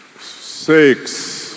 Six